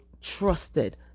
trusted